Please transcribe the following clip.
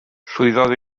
llwyddodd